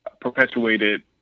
perpetuated